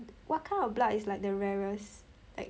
what kind of blood is like the rarest like